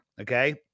Okay